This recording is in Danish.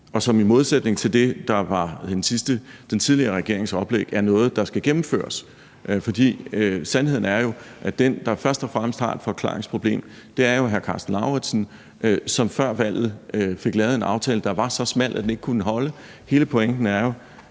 og som i modsætning til det, der var den tidligere regerings oplæg, er noget, der skal gennemføres. Sandheden er, at den, der først og fremmest har et forklaringsproblem, jo er hr. Karsten Lauritzen, som før valget fik lavet en aftale, der var så smal, at den ikke kunne holde. Hele pointen er jo,